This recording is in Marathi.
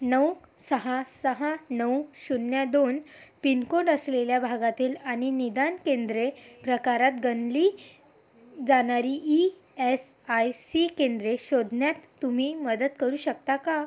नऊ सहा सहा नऊ शून्य दोन पिनकोड असलेल्या भागातील आणि निदान केंद्रे प्रकारात गणली जाणारी ई एस आय सी केंद्रे शोधण्यात तुम्ही मदत करू शकता का